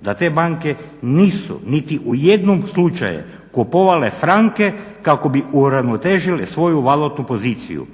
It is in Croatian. da te banke nisu niti u jednom slučaju kupovale franke kako bi uravnotežile svoju valutnu poziciju